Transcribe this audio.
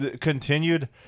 continued